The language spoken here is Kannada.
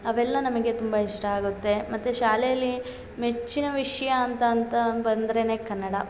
ಅವೆಲ್ಲ ನಮಗೆ ತುಂಬ ಇಷ್ಟ ಆಗುತ್ತೆ ಮತ್ತು ಶಾಲೆಯಲ್ಲಿ ಮೆಚ್ಚಿನ ವಿಷಯ ಅಂತ ಅಂತ ಬಂದ್ರೆನೆ ಕನ್ನಡ